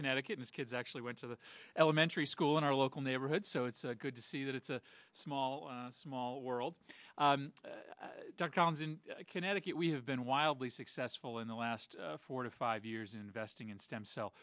connecticut most kids actually went to the elementary school in our local neighborhood so it's good to see that it's a small small world dr collins in connecticut we have been wildly successful in the last four to five years investing in stem cell